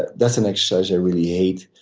ah that's an exercise i really hate.